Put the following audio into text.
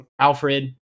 Alfred